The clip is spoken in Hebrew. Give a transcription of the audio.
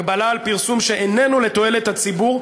הגבלה על פרסום שאיננו לתועלת הציבור)